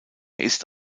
ist